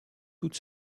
toute